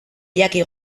jaki